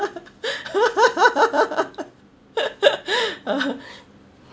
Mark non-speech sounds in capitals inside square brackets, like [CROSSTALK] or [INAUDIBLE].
[LAUGHS]